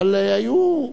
אבל היו,